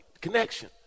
connection